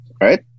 Right